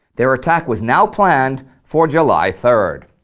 their attack was now planned for july third.